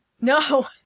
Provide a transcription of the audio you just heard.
No